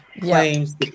claims